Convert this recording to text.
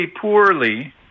poorly